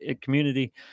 community